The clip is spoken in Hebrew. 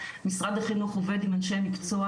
משרד החינוך עובד עם אנשי מקצוע,